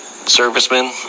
servicemen